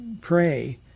pray